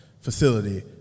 facility